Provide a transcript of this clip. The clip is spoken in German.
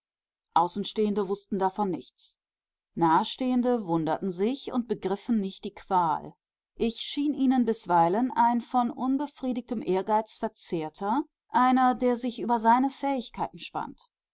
außenstehende wußten davon nichts nahestehende wunderten sich und begriffen nicht die qual ich schien ihnen bisweilen ein von unbefriedigtem ehrgeiz verzehrter einer der sich über seine fähigkeiten spannt